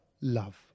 love